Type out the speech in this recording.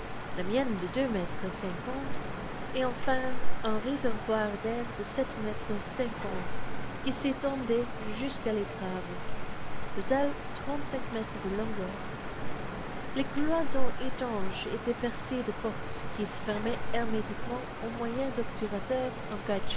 la mienne de deux mètres cinquante et enfin un réservoir d'air de sept mètres cinquante qui s'étendait jusqu'à l'étrave total trente-cinq mètres de longueur les cloisons étanches étaient percées de portes qui se fermaient hermétiquement au moyen d'obturateurs en